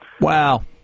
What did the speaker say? Wow